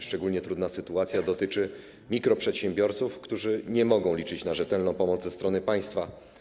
Szczególnie trudna sytuacja dotyczy mikroprzedsiębiorców, którzy nie mogą liczyć na rzetelną pomoc ze strony państwa.